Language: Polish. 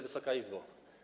Wysoka Izbo!